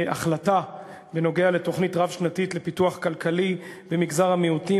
החלטה בנוגע לתוכנית רב-שנתית לפיתוח כלכלי במגזר המיעוטים,